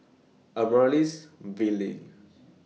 Amaryllis Ville